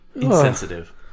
insensitive